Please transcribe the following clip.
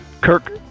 Kirk